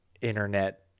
internet